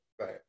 right